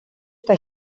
στα